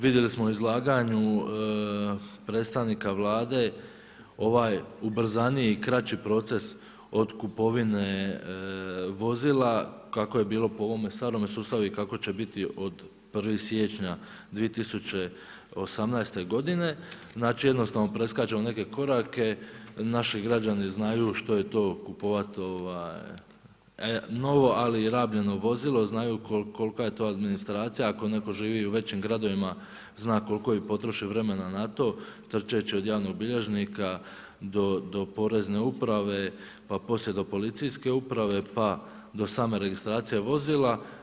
Vidjeli smo u izlaganju predstavnika Vlade, ovaj ubrzaniji i kraći proces od kupovine, vozila, kako je bilo po ovome starome sustavu i kako će biti od 1.1.2018.g. Znači jednostavno preskačemo neke korake, naši građani znaju što je to kupovati, novo, ali rabljeno vozilo, znaju kolika je to administracija, ako netko živi u većim gradovima, zna koliko bi potrošio vremena na to, trčeći od javnog bilježnika, do Porezne uprave, pa poslije do policijske uprave, pa do same registracije vozila.